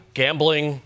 gambling